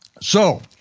so,